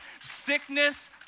sickness